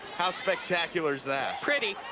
how spectacular is that? pretty.